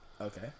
okay